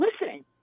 listening